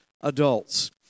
adults